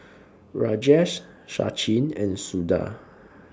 Rajesh Sachin and Suda